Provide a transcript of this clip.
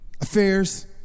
affairs